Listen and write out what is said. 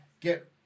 get